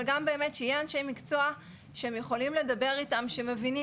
אבל גם באמת שיהיו אנשי מקצוע שהם יכולים לדבר איתם שמבינים.